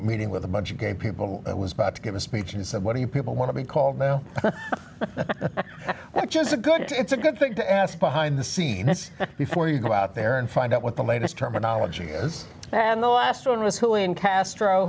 meeting with a bunch of gay people and was about to give a speech and said what do you people want to be called now which is a good it's a good thing to ask behind the scenes before you go out there and find out what the latest terminology is and the last one was when castro